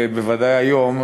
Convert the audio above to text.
בוודאי היום,